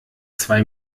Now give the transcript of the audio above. zwei